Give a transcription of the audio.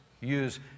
use